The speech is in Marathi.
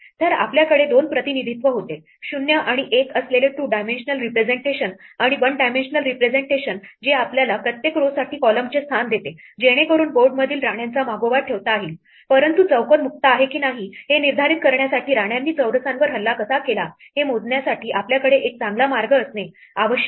तर आपल्याकडे दोन प्रतिनिधित्व होते 0 आणि एक असलेले टू डायमेन्शनल रिप्रेझेंटेशन आणि वन डायमेन्शनल रिप्रेझेंटेशन जे आपल्याला प्रत्येक row साठी column चे स्थान देते जेणेकरुन बोर्डमधील राण्यांचा मागोवा ठेवता येईल परंतु चौकोन मुक्त आहे की नाही हे निर्धारित करण्यासाठी राण्यांनी चौरसांवर कसा हल्ला केला हे मोजण्यासाठी आपल्याकडे एक चांगला मार्ग असणे आवश्यक आहे